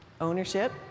Ownership